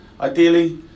Ideally